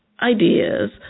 ideas